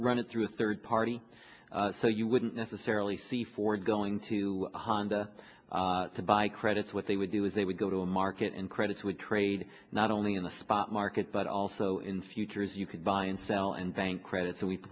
run it through a third party so you wouldn't necessarily see ford going to honda to buy credits what they would do is they would go to a market and credits would trade not only in the spot market but also in futures you can buy and sell and bank credit so we